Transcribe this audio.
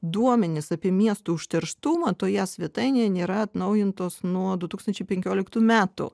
duomenys apie miestų užterštumą toje svetainėje nėra atnaujintos nuo du tūkstančiai penkioliktų metų